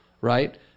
right